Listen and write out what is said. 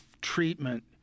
treatment